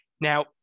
now